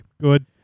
Good